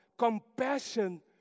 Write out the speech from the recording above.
Compassion